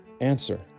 Answer